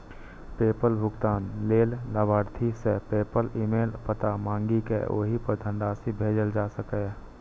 PayPal भुगतान लेल लाभार्थी सं पेपल ईमेल पता मांगि कें ओहि पर धनराशि भेजल जा सकैए